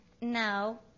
No